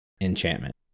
Enchantment